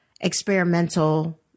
experimental